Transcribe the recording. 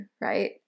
right